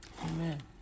Amen